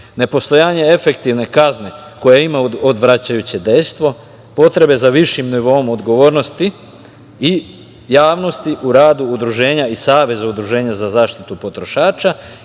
nepostojanje efektivne kazne koja ima odvraćajuće dejstvo, potrebe za višim nivoom odgovornosti i javnosti u radu udruženja i saveza udruženja za zaštitu potrošača